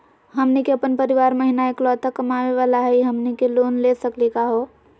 हमनी के अपन परीवार महिना एकलौता कमावे वाला हई, हमनी के लोन ले सकली का हो?